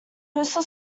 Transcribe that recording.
postal